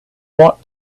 what